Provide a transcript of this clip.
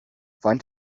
find